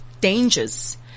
dangers